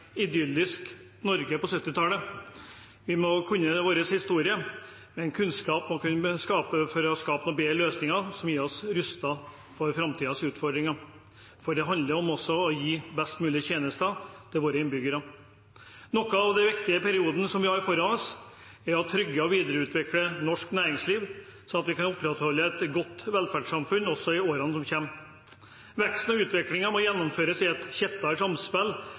idyllisk Norge på 1970-tallet. Vi må kunne vår historie. Det er kunnskap for å kunne skape bedre løsninger som gjør oss rustet for framtidens utfordringer, for det handler om å gi best mulig tjenester til våre innbyggere. Noe av det viktige i perioden vi har foran oss, er å trygge og videreutvikle norsk næringsliv, slik at vi kan opprettholde et godt velferdssamfunn også i årene som kommer. Veksten og utviklingen må gjennomføres i et tettere samspill,